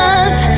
up